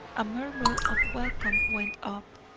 a murmur of welcome went up,